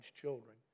children